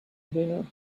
dinner